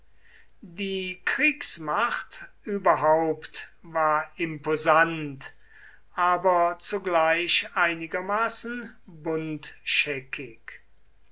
die kriegsmacht überhaupt war imposant aber zugleich einigermaßen